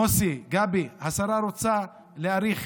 מוסי, גבי, השרה רוצה להאריך